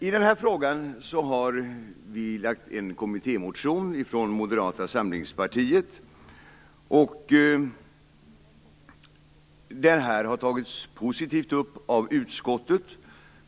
I den här frågan har Moderata samlingspartiet lagt fram en kommittémotion. Det här har tagits upp positivt av utskottet.